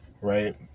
right